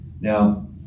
Now